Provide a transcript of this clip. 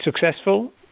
successful